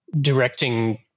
directing